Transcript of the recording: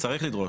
כן, צריך לדרוש.